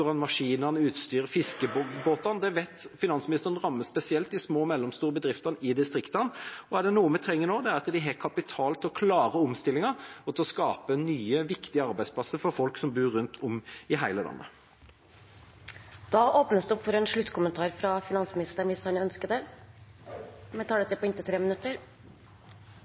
vet finansministeren rammer spesielt de små og mellomstore bedriftene i distriktene. Er det noe vi trenger nå, er det at de har kapital til å klare omstillingen og til å skape nye, viktige arbeidsplasser for folk som bor rundt om i hele landet. Det som er hovedlinjen i det statsbudsjettet som nå er lagt fram, er at Arbeiderparti–Senterparti-regjeringen har tro på